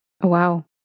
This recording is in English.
wow